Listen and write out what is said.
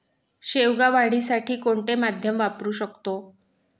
शेवगा वाढीसाठी कोणते माध्यम वापरु शकतो?